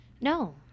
No